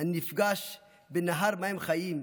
הנפגש בנהר מים חיים,